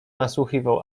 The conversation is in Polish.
nasłuchiwał